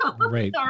Right